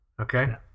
okay